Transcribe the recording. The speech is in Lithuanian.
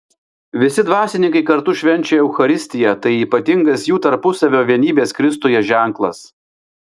visi dvasininkai kartu švenčia eucharistiją tai ypatingas jų tarpusavio vienybės kristuje ženklas